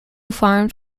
farms